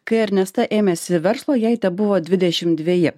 kai ernesta ėmėsi verslo jai tebuvo dvidešim dveji